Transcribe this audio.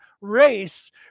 race